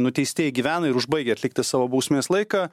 nuteistieji gyvena ir užbaigia atlikti savo bausmės laiką